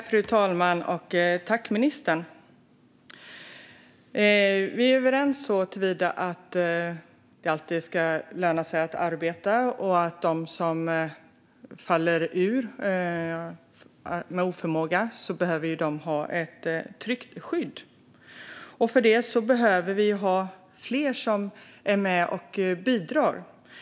Fru talman! Vi är överens såtillvida att det alltid ska löna sig att arbeta och att de som faller ur på grund av oförmåga behöver ett tryggt skydd. För att klara det behöver vi ha fler som är med och bidrar.